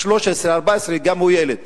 13, 14, גם, הוא ילד.